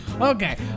Okay